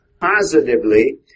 positively